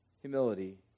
humility